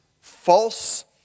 false